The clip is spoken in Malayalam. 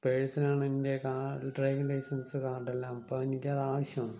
പേഴ്സിലാണെൻ്റെ ഡ്രൈവിംഗ് ലൈസൻസ് കാർഡെല്ലാം അപ്പൊ എനിക്കത് ആവിശ്യമാണ്